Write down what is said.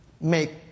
make